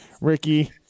Ricky